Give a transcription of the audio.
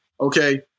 Okay